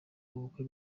ubukwe